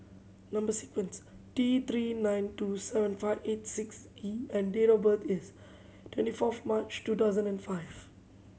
number sequence T Three nine two seven five eight six E and date of birth is twenty fourth March two thousand and five